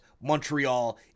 Montreal